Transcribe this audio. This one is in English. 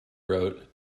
wrote